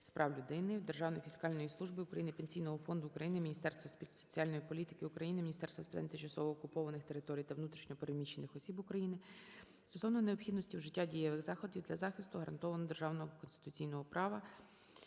прав людини, Державної фіскальної служби України, Пенсійного фонду України, Міністерства соціальної політики України, Міністерства з питань тимчасово окупованих територій та внутрішньо переміщених осіб України стосовно необхідності вжиття дієвих заходів для захисту гарантованого державою конституційного права